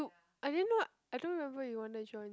I didn't know I don't remember you want to join